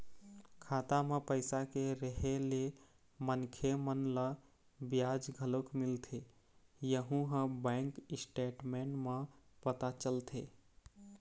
खाता म पइसा के रेहे ले मनखे मन ल बियाज घलोक मिलथे यहूँ ह बैंक स्टेटमेंट म पता चलथे